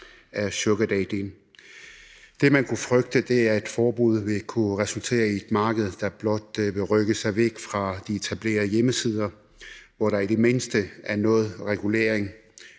af sugardating. Det, man kunne frygte, er, at et forbud vil kunne resultere i et marked, der blot vil rykke sig væk fra de etablerede hjemmesider, hvor der i det mindste er noget regulering,